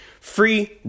free